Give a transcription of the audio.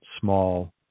small